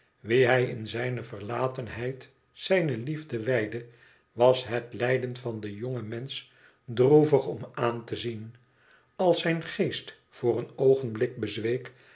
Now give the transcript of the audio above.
wie hij in zijne verlatenheid zijne liefde wijdde was het lijden van den jongen mensch droevig om aan te zien als zijn geest voor een oogenblik bezweek